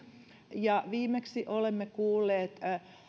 ja viimeksi olemme kuulleet